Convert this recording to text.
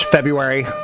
February